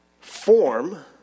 form